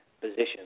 position